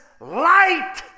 light